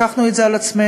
לקחנו את זה על עצמנו.